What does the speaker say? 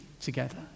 together